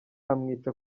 amwica